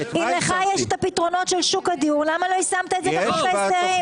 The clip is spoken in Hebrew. אם לך יש את הפתרונות של שוק הדיור למה לא יישמת את זה בחוק ההסדרים?